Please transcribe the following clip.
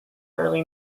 early